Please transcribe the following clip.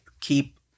keep